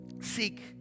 seek